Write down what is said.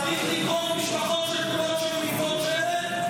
צריך לגרור משפחות שכולות שמניפות שלט?